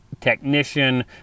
technician